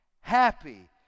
happy